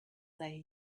they